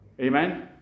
Amen